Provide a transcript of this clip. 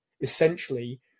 essentially